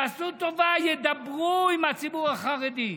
יעשו טובה, ידברו עם הציבור החרדי.